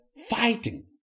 fighting